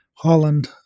Holland